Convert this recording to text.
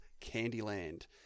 Candyland